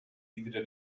iedere